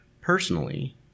personally